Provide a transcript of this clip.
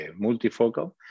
multifocal